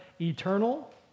eternal